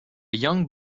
young